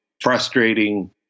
frustrating